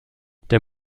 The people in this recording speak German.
der